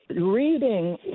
Reading